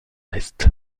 est